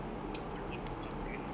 world war two bunkers